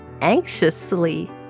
anxiously